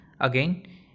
again